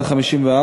סעיף 2 נתקבל.